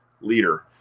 leader